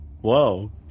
Whoa